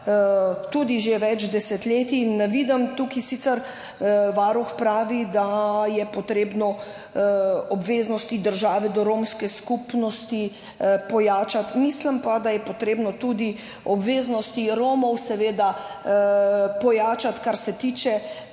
tudi že več desetletij. Ne vidim tukaj, sicer Varuh pravi, da je potrebno obveznosti države do romske skupnosti pojačati, mislim pa, da je seveda potrebno tudi obveznosti Romov pojačati, kar se tiče,